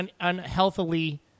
unhealthily